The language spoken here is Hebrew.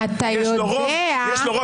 יש לו רוב.